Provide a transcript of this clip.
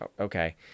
Okay